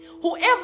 whoever